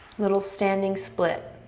little standing split.